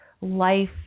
Life